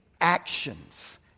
actions